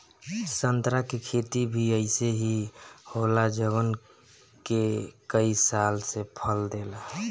संतरा के खेती भी अइसे ही होला जवन के कई साल से फल देला